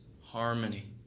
harmony